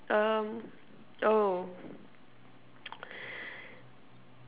um oh